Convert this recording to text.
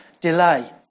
delay